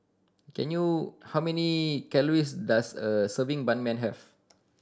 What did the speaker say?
can you how many calories does a serving Ban Mian have